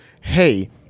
hey